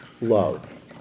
love